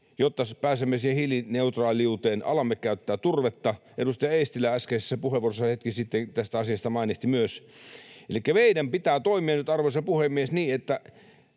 jotta pääsemme hiilineutraaliuteen. Alamme käyttää turvetta — edustaja Eestilä äskeisessä puheenvuorossa hetki sitten tästä asiasta mainitsi myös. Elikkä meidän pitää toimia nyt, arvoisa puhemies,